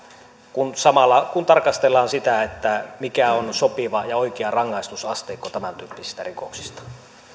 kun tarkastellaan sitä mikä on on sopiva ja oikea rangaistusasteikko tämäntyyppisistä rikoksista